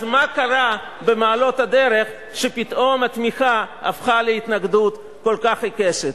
אז מה קרה במעלות הדרך שפתאום התמיכה הפכה להתנגדות כל כך עיקשת?